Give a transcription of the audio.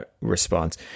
response